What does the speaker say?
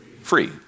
free